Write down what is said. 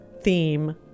theme